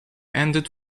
ended